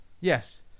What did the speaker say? Yes